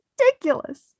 ridiculous